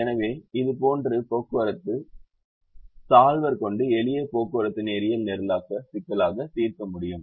எனவே இதுபோன்று போக்குவரத்து சாள்வர் கொண்டு எளிய போக்குவரத்தை நேரியல் நிரலாக்க சிக்கலாக தீர்க்க முடியும்